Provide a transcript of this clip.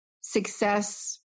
success